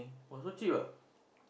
oh so cheap ah